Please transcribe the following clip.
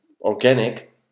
organic